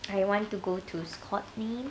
I want to go to scotland